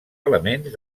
elements